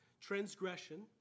Transgression